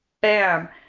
Bam